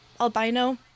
albino